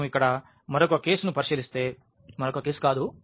మేము ఇక్కడ మరొక కేసును పరిశీలిస్తే మరొక కేసు కాదు